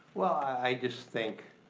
well, i just think